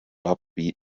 upbeat